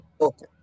Okay